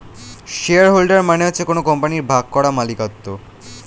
share holder মানে হচ্ছে কোন কোম্পানির ভাগ করা মালিকত্ব